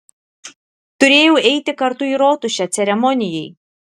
turėjau eiti kartu į rotušę ceremonijai